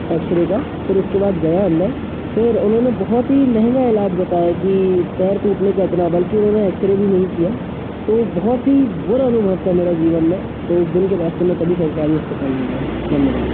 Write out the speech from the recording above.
x ray का फिर उसके बाद गया अंदर फिर उन्होंने बहुत ही महगा इलाज बताया कि पैर टूटने के इतना बल्कि उन्होंने एक्स रे भी नहीं किया तो बहुत ही बुरा अनुभव था मेरा जीवन में तो उस दिन के बाद से मैं कभी सरकारी अस्पताल नहीं गया धन्यवाद